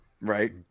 Right